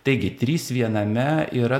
taigi trys viename yra